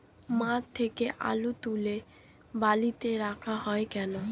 মাঠ থেকে আলু তুলে বালিতে রাখা হয় কেন?